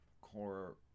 core